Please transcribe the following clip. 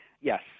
Yes